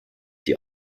die